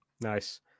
Nice